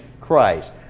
Christ